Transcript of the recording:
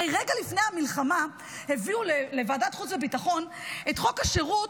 הרי רגע לפני המלחמה הביאו לוועדת החוץ והביטחון את חוק השירות,